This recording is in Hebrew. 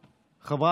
מקום.